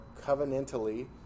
covenantally